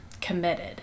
committed